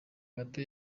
gato